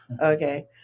Okay